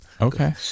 Okay